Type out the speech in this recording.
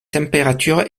température